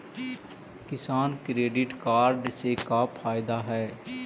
किसान credit card से का फायदा है?